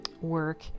work